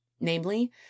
namely